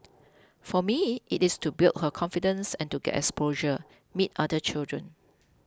for me it is to build her confidence and to get exposure meet other children